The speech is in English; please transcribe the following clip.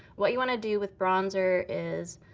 what you want to do with bronzer is,